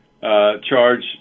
charge